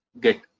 get